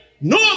no